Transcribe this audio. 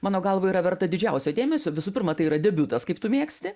mano galva yra verta didžiausio dėmesio visų pirma tai yra debiutas kaip tu mėgsti